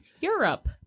Europe